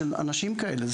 של אנשים כאלה,